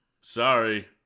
sorry